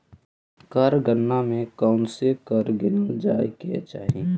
कर गणना में कौनसे कर गिनल जाए के चाही